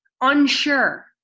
Unsure